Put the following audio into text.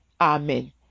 amen